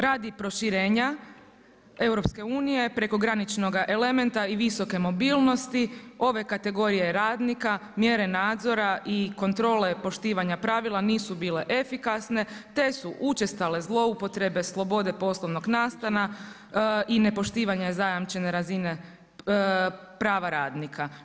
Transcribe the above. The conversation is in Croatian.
Radi proširenja EU, prekograničnoga elementa i visoke mobilnosti ove kategorije radnika, mjere nadzora i kontrole poštivanja pravila nisu bile efikasne te su učestale zloupotrebe slobode poslovnog nastana i nepoštivanja zajamčene razine prava radnika.